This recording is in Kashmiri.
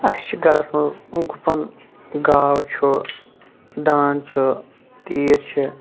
اسہِ چھِ گرس منٛز گُپن گاو چھُ دانٛد چھُ تیٖر چھِ